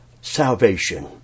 salvation